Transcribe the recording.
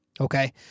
Okay